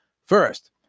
First